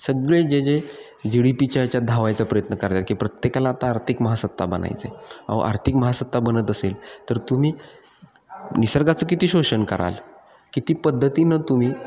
सगळे जे जे जी डी पीच्या याच्यात धावायचा प्रयत्न करतात की प्रत्येकाला आता आर्थिक महासत्ता बनायचं आहे अहो आर्थिक महासत्ता बनत असेल तर तुम्ही निसर्गाचं किती शोषण कराल किती पद्धतीनं तुम्ही